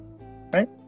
Right